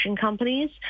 companies